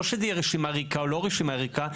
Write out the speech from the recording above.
שזה יהיה רשימה ריקה או לא רשימה ריקה.